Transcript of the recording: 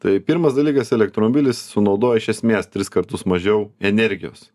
tai pirmas dalykas elektromobilis sunaudoja iš esmės tris kartus mažiau energijos